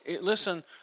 listen